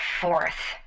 Fourth